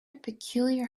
peculiar